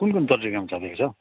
कुन कुन पत्रिकामा छापिएको छ हौ